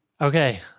Okay